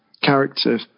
character